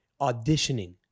auditioning